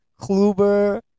Kluber